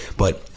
but,